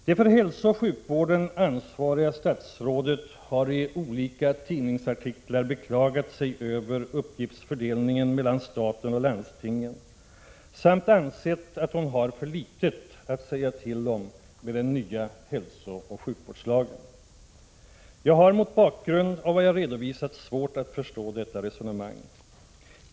Det för hälsooch sjukvården ansvariga statsrådet har i olika tidningsartiklar beklagat sig över uppgiftsfördelningen mellan staten och landstingen samt ansett att hon har för litet att säga till om med den nya hälsooch sjukvårdslagen. Jag har mot bakgrund av vad jag redovisat svårt att förstå detta resonemang.